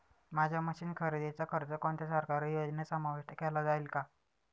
माझ्या मशीन्स खरेदीचा खर्च कोणत्या सरकारी योजनेत समाविष्ट केला जाईल का?